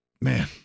man